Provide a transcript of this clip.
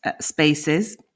spaces